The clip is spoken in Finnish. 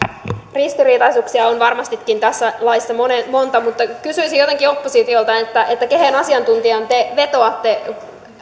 ristiriitaisuuksia on varmastikin tässä laissa monta mutta kysyisin oppositiolta kehen asiantuntijaan te vetoatte